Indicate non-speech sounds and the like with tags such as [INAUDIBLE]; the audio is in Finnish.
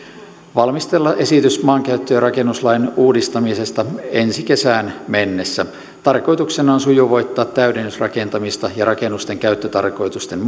valmistella esitys maankäyttö ja rakennuslain uudistamisesta ensi kesään mennessä tarkoituksena on sujuvoittaa täydennysrakentamista ja rakennusten käyttötarkoitusten [UNINTELLIGIBLE]